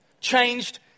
changed